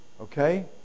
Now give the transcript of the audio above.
Okay